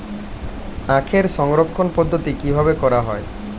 আখের সংরক্ষণ পদ্ধতি কিভাবে করা হয়?